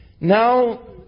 Now